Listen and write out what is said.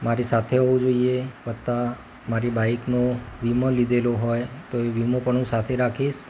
મારી સાથે હોવું જોઈએ વત્તા મારી બાઈકનો વીમો લીધેલો હોય તો એ વીમો પણ હું સાથે રાખીશ